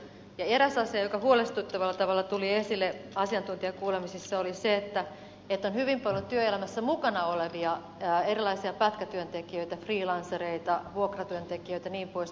eräs asia joka huolestuttavalla tavalla tuli esille asiantuntijakuulemisissa on se että on hyvin paljon työelämässä mukana olevia erilaisia pätkätyöntekijöitä freelancereita vuokratyöntekijöitä jnp